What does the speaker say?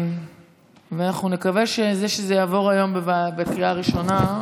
אנחנו נקווה שזה יעבור היום בקריאה ראשונה,